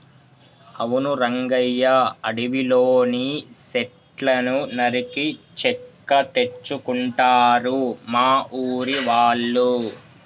అవును రంగయ్య అడవిలోని సెట్లను నరికి చెక్క తెచ్చుకుంటారు మా ఊరి వాళ్ళు